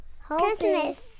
Christmas